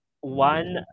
one